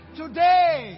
today